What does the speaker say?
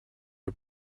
you